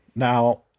Now